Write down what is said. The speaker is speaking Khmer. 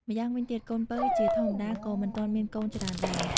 ម្យ៉ាងវិញទៀត កូនពៅជាធម្មតា ក៏មិនទាន់មានកូនច្រើនដែរ។